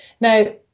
now